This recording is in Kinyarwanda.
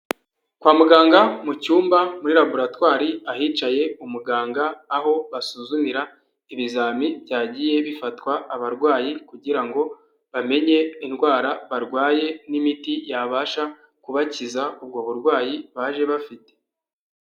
Kwa muganga mu cyumba muri laboratwari ahicaye umuganga aho basuzumira ibizami byagiye bifatwa abarwayi kugira ngo bamenye indwara barwaye n'imiti yabasha kubakiza ubwo burwayi baje bafite.